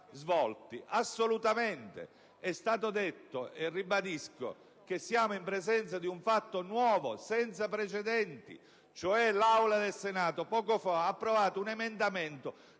svolti, ma è stato detto, e ribadisco, che siamo in presenza di un fatto nuovo, senza precedenti, in quanto l'Aula del Senato poco fa ha approvato un emendamento